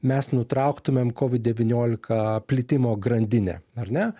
mes nutrauktumėm kovid devyniolika plitimo grandinę ar ne